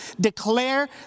declare